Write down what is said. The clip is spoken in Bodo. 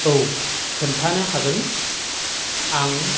औ खोन्थानो हागोन आं